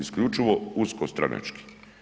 Isključivo usko stranačko.